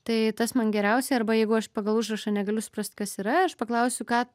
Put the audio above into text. tai tas man geriausiai arba jeigu aš pagal užrašą negaliu suprast kas yra aš paklausiu ką